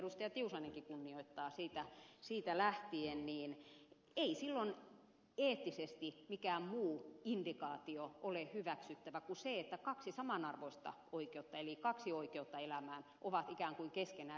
tiusanenkin kunnioittaa siitä lähtien niin ei silloin eettisesti mikään muu indikaatio ole hyväksyttävä kuin se että kaksi samanarvoista oikeutta eli kaksi oikeutta elämään ovat ikään kuin keskenään ristiriidassa